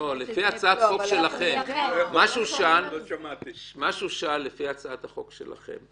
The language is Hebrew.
מה שהוא שאל, לפי הצעת החוק שלכם: